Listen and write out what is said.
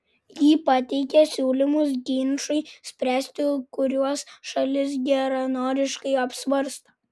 ji pateikia siūlymus ginčui spręsti kuriuos šalys geranoriškai apsvarsto